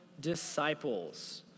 disciples